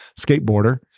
skateboarder